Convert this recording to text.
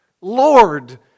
Lord